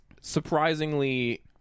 surprisingly